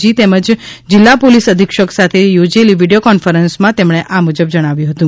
જી તેમજ જિલ્લા પોલીસ અધિક્ષક સાથે યોજેલી વીડિયો કોન્ફરન્સમાં તેમણે આમ જણાવ્યું હતું